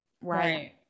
Right